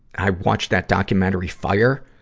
i watched that documentary fyre,